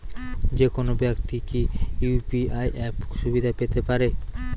যেকোনো ব্যাক্তি কি ইউ.পি.আই অ্যাপ সুবিধা পেতে পারে?